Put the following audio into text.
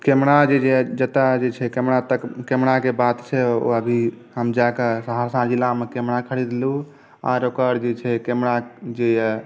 camera जे जतय जे छै कैमरा तक कैमराक बात छै ओ अभी हम जाके सहरसा ज़िलामे कैमरा ख़रीदलहुॅं आर ओकर जे छै कैमरा जे यऽ